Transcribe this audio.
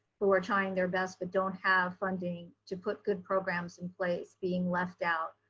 who are trying their best but don't have funding to put good programs in place, being left out.